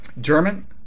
German